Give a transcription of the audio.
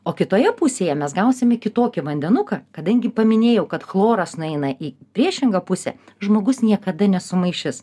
o kitoje pusėje mes gausime kitokį vandenuką kadangi paminėjau kad chloras nueina į priešingą pusę žmogus niekada nesumaišys